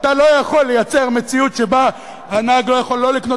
אתה לא יכול לייצר מציאות שבה הנהג לא יכול לא לקנות